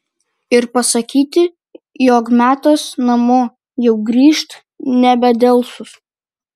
ir pasakyti jog metas namo jau grįžt nebedelsus